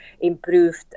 improved